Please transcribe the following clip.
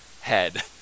head